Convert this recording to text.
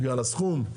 בגלל הסכום?